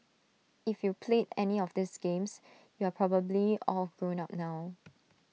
if you played any of these games you are probably all grown up now